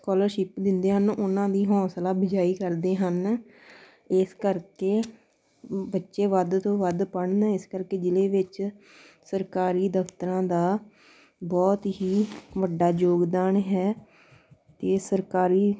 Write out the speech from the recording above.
scholarship ਦਿੰਦੇ ਹਨ ਉਹਨਾਂ ਦੀ ਹੌਸਲਾ ਅਫਜ਼ਾਈ ਕਰਦੇ ਹਨ ਇਸ ਕਰਕੇ ਬੱਚੇ ਵੱਧ ਤੋਂ ਵੱਧ ਪੜ੍ਹਨ ਇਸ ਕਰਕੇ ਜ਼ਿਲ੍ਹੇ ਵਿੱਚ ਸਰਕਾਰੀ ਦਫਤਰਾਂ ਦਾ ਬਹੁਤ ਹੀ ਵੱਡਾ ਯੋਗਦਾਨ ਹੈ ਅਤੇ ਸਰਕਾਰੀ